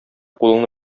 кулыңны